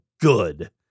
good